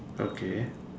okay